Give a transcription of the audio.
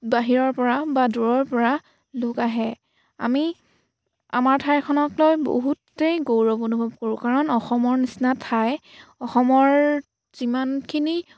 বাহিৰৰ পৰা বা দূৰৰ পৰা লোক আহে আমি আমাৰ ঠাইখনক লৈ বহুতেই গৌৰৱ অনুভৱ কৰোঁ কাৰণ অসমৰ নিচিনা ঠাই অসমৰ যিমানখিনি